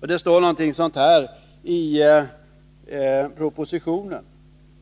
I propositionen står det ungefär att